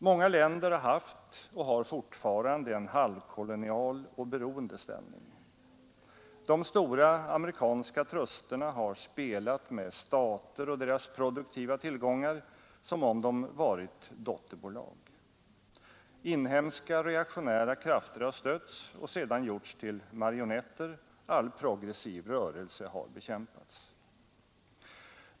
Många länder har haft och har fortfarande en halvkolonial och beroende ställning. De stora amerikanska trusterna har spelat med stater och deras produktiva tillgångar som om de varit dotterbolag. Inhemska reaktionära krafter har stötts och sedan gjorts till marionetter, all progressiv rörelse har bekämpats.